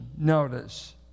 notice